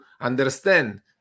understand